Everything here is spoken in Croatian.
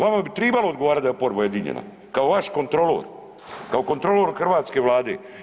Vama bi tribalo odgovarat da je oporba ujedinjena kao vaš kontrolor, kao kontrolor hrvatske Vlade.